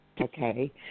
okay